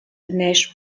nash